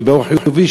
ובאור חיוני,